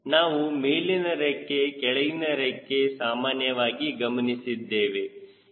ನಾವು ಮೇಲಿನ ರೆಕ್ಕೆ ಕೆಳಗಿನ ರೆಕ್ಕೆ ಸಾಮಾನ್ಯವಾಗಿ ಗಮನಿಸಿದ್ದೇವೆ